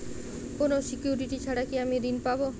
কোনো সিকুরিটি ছাড়া কি আমি ঋণ পাবো?